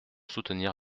soutenir